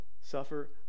suffer